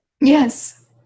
Yes